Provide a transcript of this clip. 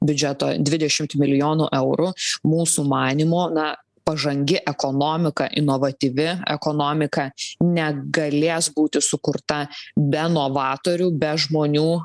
biudžeto dvidešimt milijonų eurų mūsų manymu na pažangi ekonomika inovatyvi ekonomika negalės būti sukurta be novatorių be žmonių